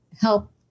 help